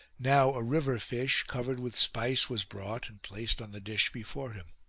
now, a river fish, covered with spice, was brought and placed on the dish before him.